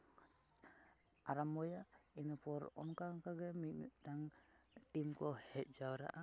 ᱟᱨᱟᱢᱵᱚᱭᱟ ᱤᱱᱟᱹᱯᱚᱨ ᱚᱱᱠᱟ ᱚᱱᱠᱟ ᱜᱮ ᱢᱤᱢᱤᱫᱴᱟᱝ ᱴᱤᱢ ᱠᱚ ᱦᱮᱡ ᱡᱟᱣᱨᱟᱜᱼᱟ